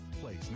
place